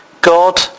God